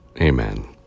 amen